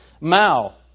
Mao